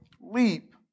leap